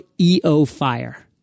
EOFIRE